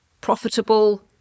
profitable